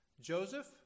Joseph